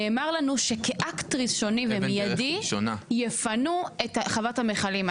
נאמר לנו שכאקט ראשוני ומיידי יפנו את חוות המכלים.